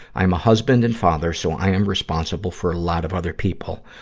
i am a husband and father, so i am responsible for a lot of other people.